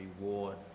reward